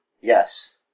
Yes